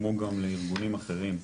כמו גם לארגונים אחרים,